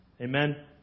Amen